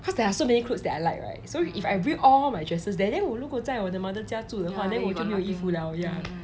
because there are so many clothes that I like right so if I bring all my dresses there then 我如果在我 mother 住的话那我就没有衣服了 ya